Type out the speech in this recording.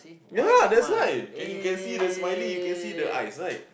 ya that's why you can see the smiling you can see the eyes right